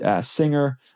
singer